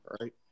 right